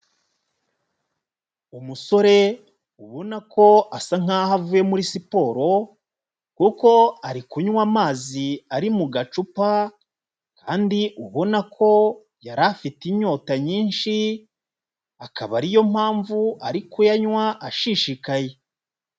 Umusore ubona ko asa nk'aho avuye muri siporo kuko ari kunywa amazi ari mu gacupa kandi ubona ko yari afite inyota nyinshi, akaba ariyo mpamvu ari kuyanywa ashishikaye.